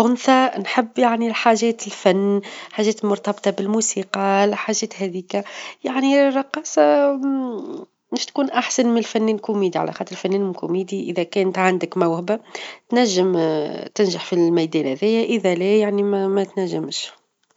أنثى نحب يعني الحاجات، الفن، الحاجات المرتبطة بالموسيقى، الحاجات هاذيك، يعني رقاصة مش تكون أحسن من الفنان كوميدي، على خاطر الفنان الكوميدي إذا كانت عندك موهبة تنجم تنجح في الميدان هذا، يا إذا لا يعني -ما- ما تنجمش.